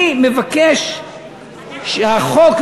אני מבקש שהחוק,